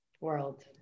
World